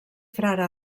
frare